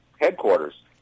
headquarters